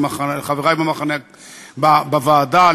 לחברי בוועדה,